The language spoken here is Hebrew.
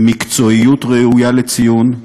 במקצועיות ראויה לציון,